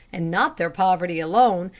and not their poverty alone,